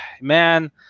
Man